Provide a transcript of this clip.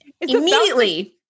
immediately